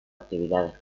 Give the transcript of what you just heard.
actividades